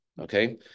okay